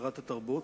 שרת התרבות,